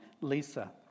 Lisa